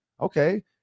okay